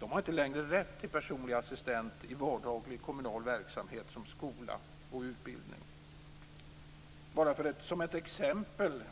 De har inte längre rätt till personlig assistent i vardaglig kommunal verksamhet som skola och utbildning. Jag ska ge ett exempel.